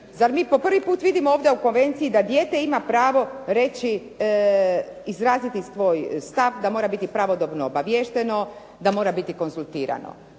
Zar mi po prvi put vidimo ovdje u konvenciji da dijete ima pravo reći, izraziti svoj stav, da mora biti pravodobno obaviješteno, da mora biti konzultirano.